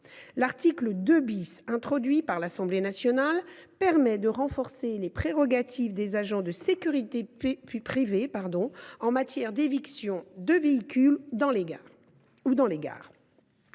L’article 2 , introduit par l’Assemblée nationale, permet de renforcer les prérogatives des agents de sécurité privée en matière d’éviction des véhicules dans les gares.